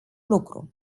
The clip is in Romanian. lucru